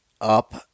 up